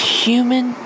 human